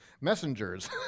messengers